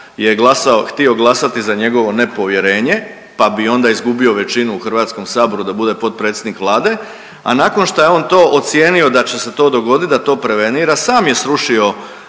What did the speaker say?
htio glasati za njegovo nepovjerenje pa bi onda izgubio većinu u HS-u da bude potpredsjednik Vlade, a nakon šta je on to ocijenio da će se to dogoditi da to prevenira sam je srušio